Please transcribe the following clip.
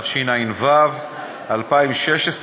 התשע"ו 2016,